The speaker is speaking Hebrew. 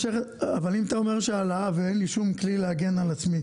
אבל אם אתה אומר שהעלאה ואין לי שום כלי להגן על עצמי,